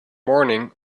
morning